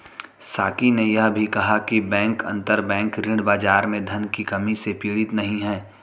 साकी ने यह भी कहा कि बैंक अंतरबैंक ऋण बाजार में धन की कमी से पीड़ित नहीं हैं